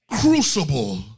crucible